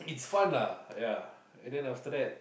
it's fun lah ya and then after that